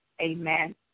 Amen